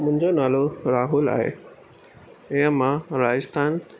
मुंहिंजो नालो राहुल आहे ऐं मां राजस्थान